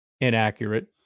inaccurate